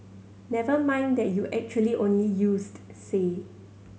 never mind that you actually only used say